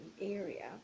area